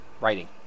writing